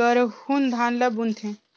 गरहून धान ल बून थे